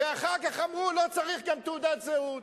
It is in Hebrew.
ואחר כך אמרו: גם לא צריך תעודת זהות,